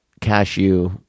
cashew